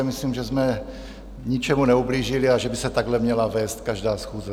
Myslím, že jsme ničemu neublížili a že by se takhle měla vést každá schůze.